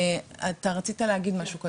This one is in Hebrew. אתה רצית להגיד משהו.